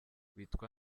witwa